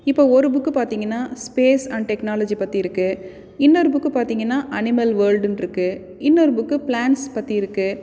இப்போ ஒரு புக்கு பார்த்திங்கன்னா ஸ்பேஸ் அண்ட் டெக்னாலஜி பற்றி இருக்குது இன்னொரு புக்கு பார்த்திங்கன்னா அனிமல் வேல்டுன்ருக்கு இன்னொரு புக்கு ப்ளாண்ட்ஸ் பற்றி இருக்குது